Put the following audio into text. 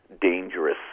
dangerous